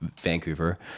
Vancouver